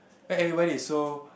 then everybody is so